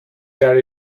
that